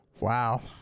Wow